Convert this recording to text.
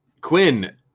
Quinn